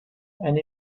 and